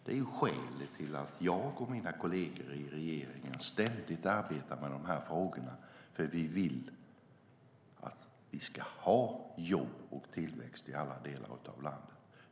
Det är skälet till att jag och mina kolleger i regeringen ständigt arbetar med de frågorna. Vi vill att vi ska ha jobb och tillväxt i alla delar av landet.